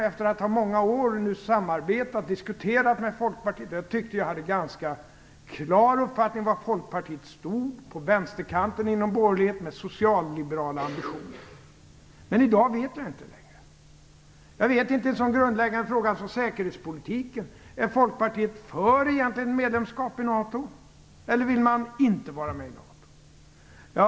Efter att i många år ha samarbetat och diskuterat med Folkpartiet, tyckte jag att jag hade en ganska klar uppfattning om var Folkpartiet stod, nämligen på vänsterkanten inom borgerligheten med socialliberala ambitioner. Men i dag vet jag inte längre var Folkpartiet står. Jag vet inte ens var Folkpartiet står i en sådan grundläggande fråga som säkerhetspolitiken. Är Folkpartiet för ett medlemskap i NATO eller vill man inte vara med i NATO?